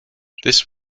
this